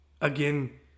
Again